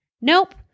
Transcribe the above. Nope